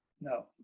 No